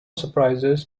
surprises